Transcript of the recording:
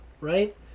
right